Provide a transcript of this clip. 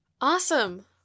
Awesome